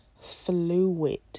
fluid